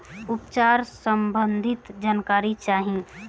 उपचार सबंधी जानकारी चाही?